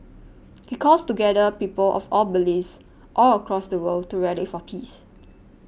he calls together people of all beliefs all across the world to rally for peace